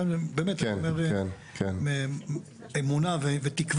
עכשיו אני אומר באמת, באמונה ותקווה,